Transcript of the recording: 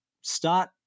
start